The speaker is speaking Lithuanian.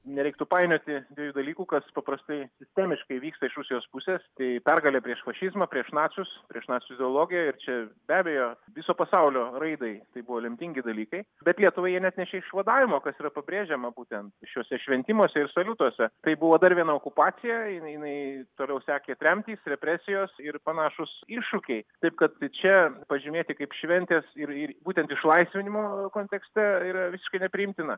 nereiktų painioti dviejų dalykų kas paprastai sistemiškai vyksta iš rusijos pusės tai pergalė prieš fašizmą prieš nacius prieš nacių ideologiją ir čia be abejo viso pasaulio raidai tai buvo lemtingi dalykai bet lietuvai jie neatnešė išvadavimo kas yra pabrėžiama būtent šiuose šventimuose ir saliutuose tai buvo dar viena okupacija jinai jinai toliau sekė tremtys represijos ir panašūs iššūkiai taip kad čia pažymėti kaip šventės ir ir būtent išlaisvinimo kontekste yra visiškai nepriimtina